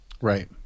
Right